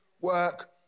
work